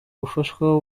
gufashwa